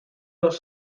los